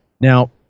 now